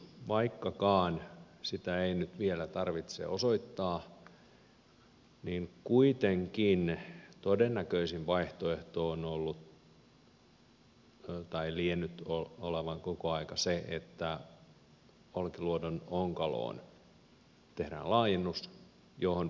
vaikkakaan sitä ei nyt vielä tarvitse osoittaa kuitenkin todennäköisin vaihtoehto lienee ollut koko aika se että olkiluodon onkaloon tehdään laajennus johon pistetään kaikki ongelmajäte